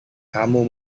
kamu